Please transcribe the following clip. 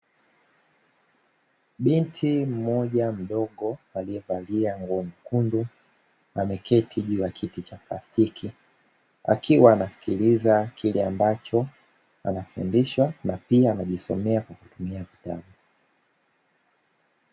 Binti mmoja mdogo aliyevalia nguo nyekundu akiwa ameketi juu ya kiti cha plastiki, akiwa anasikiliza kile ambacho anafundishwa na pia anajisomea kwa kutumia vitabu.